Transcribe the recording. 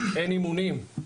אין אימונים.